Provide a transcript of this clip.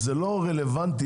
זה ממש אי סבירות קיצונית.